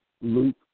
Luke